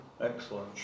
Excellent